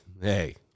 hey